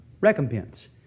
Recompense